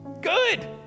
Good